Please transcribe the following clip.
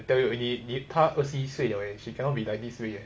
tell you eh 你你他二十一岁了额 she cannot be like this way